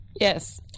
Yes